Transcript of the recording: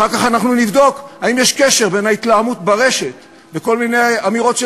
אחר כך אנחנו נבדוק אם יש קשר בין ההתלהמות ברשת וכל מיני אמירות של